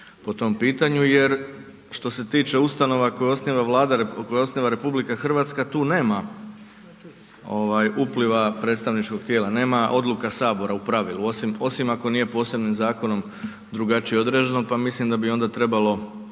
po tom pitanju jer što se tiče ustanova koje osniva RH tu nema upliva predstavničkog tijela, nema odluka HS u pravilu osim ako nije posebnim zakonom drugačije određeno, pa mislim da bi onda trebalo